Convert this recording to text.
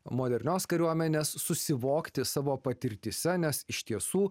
modernios kariuomenės susivokti savo patirtyse nes iš tiesų